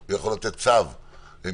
הוא יכול לתת צו מינהלי,